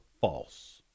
false